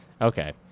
Okay